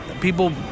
people